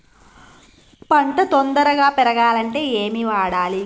పంట తొందరగా పెరగాలంటే ఏమి వాడాలి?